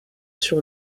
sur